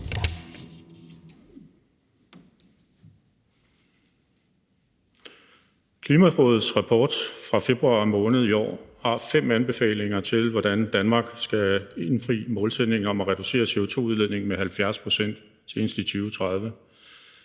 Klimarådets rapport fra februar måned i år har fem anbefalinger til, hvordan Danmark skal indfri målsætningen om at reducere CO2-udledningen med 70 pct. senest i 2030.